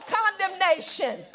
condemnation